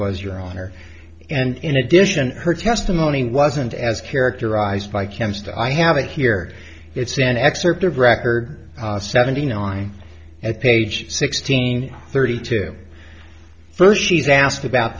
was your honor and in addition her testimony wasn't as characterized by canst i have it here it's an excerpt of record seventy nine at page sixteen thirty two first she's asked about